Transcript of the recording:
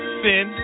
sin